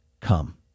come